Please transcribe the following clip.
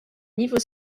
niveau